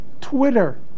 Twitter